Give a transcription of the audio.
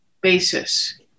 basis